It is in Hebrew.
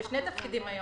המשפטית.